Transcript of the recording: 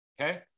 okay